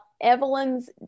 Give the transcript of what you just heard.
Evelyn's